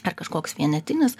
ar kažkoks vienetinis